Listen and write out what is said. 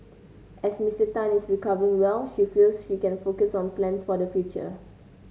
as Mister Tan is recovering well she feels she can focus on plans for the future